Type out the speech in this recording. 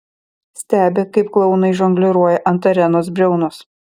stebi kaip klounai žongliruoja ant arenos briaunos